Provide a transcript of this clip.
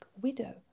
widow